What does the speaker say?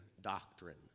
doctrine